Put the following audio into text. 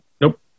nope